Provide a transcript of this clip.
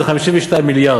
זה 52 מיליארד.